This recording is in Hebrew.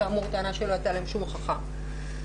כאמור טענה שלא הייתה להם שום הוכחה לה.